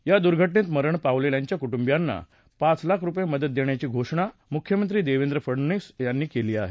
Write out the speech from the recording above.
या दुर्घटनेत मरण पावलेल्यांच्या कुटुंबियांना पाच लाख रुपये मदत देण्याची घोषणा मुख्यमंत्री देवेंद्र फडनवीस यांनी केली आहे